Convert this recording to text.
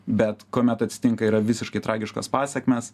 bet kuomet atsitinka yra visiškai tragiškos pasekmės